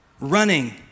Running